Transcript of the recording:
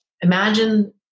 imagine